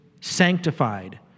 sanctified